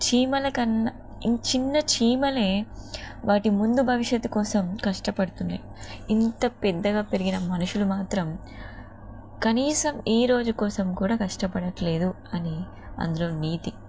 చీమల కన్నా చిన్న చీమలే వాటి ముందు భవిష్యత్తు కోసం కష్టపడుతున్నాయి ఇంత పెద్దగా పెరిగిన మనుషులు మాత్రం కనీసం ఈరోజు కోసం కూడా కష్టపడట్లేదు అని అందులో నీతి